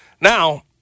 Now